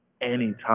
anytime